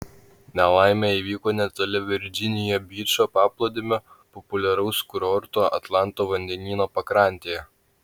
nelaimė įvyko netoli virdžinija byčo paplūdimio populiaraus kurorto atlanto vandenyno pakrantėje